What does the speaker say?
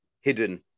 hidden